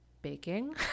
baking